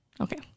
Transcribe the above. Okay